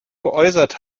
geäußert